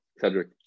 Cedric